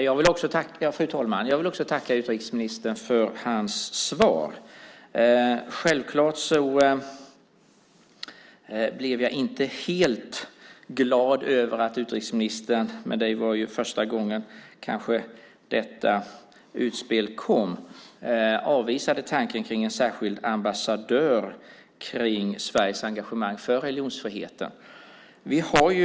Fru talman! Jag vill också tacka utrikesministern för hans svar. Självklart blev jag inte helt glad över att utrikesministern avvisade tanken på en särskild ambassadör för Sveriges engagemang för religionsfriheten. Men det var kanske första gången detta utspel kom.